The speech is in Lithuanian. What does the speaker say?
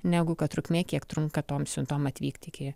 negu kad trukmė kiek trunka tom siuntom atvykti iki